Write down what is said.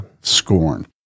scorn